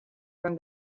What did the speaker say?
from